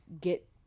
get